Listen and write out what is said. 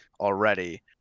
already